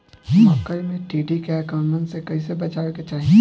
मकई मे टिड्डी के आक्रमण से कइसे बचावे के चाही?